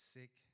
sick